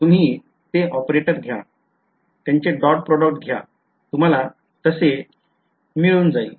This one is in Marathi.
तुम्ही ते ऑपरेटर घ्या त्यांचे dot product घ्या तुम्हाला तसे मिळून जाईल